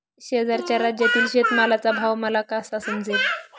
शेजारच्या राज्यातील शेतमालाचा भाव मला कसा समजेल?